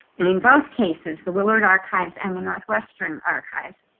in in both cases, the willard archives and the northwestern archives,